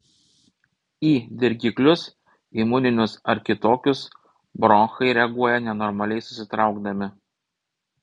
į dirgiklius imuninius ar kitokius bronchai reaguoja nenormaliai susitraukdami